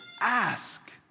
ask